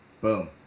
boom